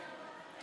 מה רוצים לעשות?